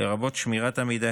לרבות שמירת המידע,